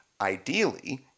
ideally